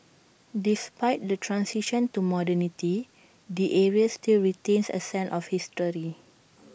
despite the transition to modernity the area still retains A sense of history